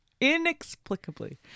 inexplicably